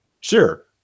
Sure